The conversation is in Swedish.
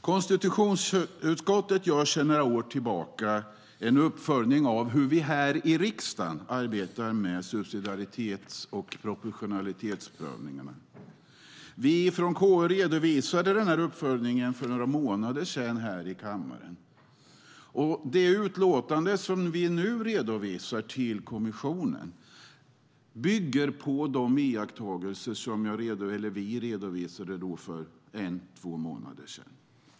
Konstitutionsutskottet gör sedan några år tillbaka en uppföljning av hur vi här i riksdagen arbetar med subsidiaritets och proportionalitetsprövningarna. Vi från KU redovisade denna uppföljning för några månader sedan här i kammaren. Det utlåtande som vi nu redovisar till kommissionen bygger på dessa redovisade iakttagelser.